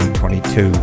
2022